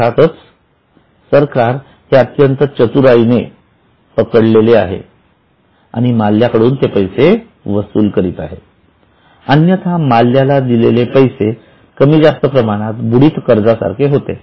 अर्थातच सरकारने हे अत्यंत चतुराईने हे पकडले आहे आणि मल्ल्याकडून ते पैसे वसूल करीत आहे अन्यथा मल्ल्याला दिले गेले पैसे कमी जास्त प्रमाणात बुडीत कर्जा सारखे होते